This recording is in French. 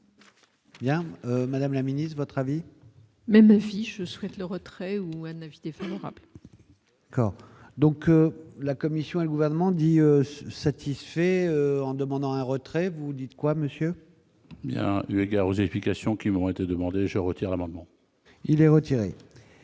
Bien, madame la Ministre votre avis. Même fiche souhaite le retrait ou elle n'favorable. Quand donc la commission et le gouvernement dit satisfait en demandant un retrait, vous dites quoi, monsieur. Bien, eu égard aux explications qui ont été demandé je retire amendement. Il est retiré